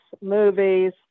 movies